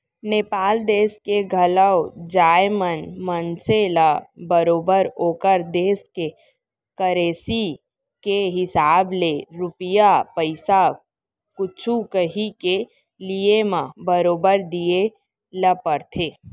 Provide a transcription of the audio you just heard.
नेपाल देस के घलौ जाए म मनसे ल बरोबर ओकर देस के करेंसी के हिसाब ले रूपिया पइसा कुछु कॉंही के लिये म बरोबर दिये ल परथे